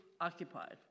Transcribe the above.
occupied